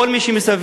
כל מי שמסביב,